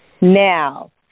Now